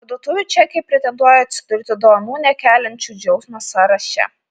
parduotuvių čekiai pretenduoja atsidurti dovanų nekeliančių džiaugsmo sąraše